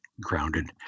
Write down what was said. grounded